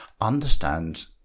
understand